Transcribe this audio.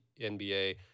NBA